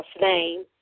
name